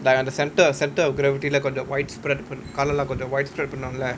like on the centre centre of gravity lah கொஞ்சம்:konjam widespread காலெல்லாம்:kaalellaam widespread பண்ணோம்ல:pannomla